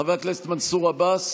חבר הכנסת מנסור עבאס,